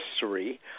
history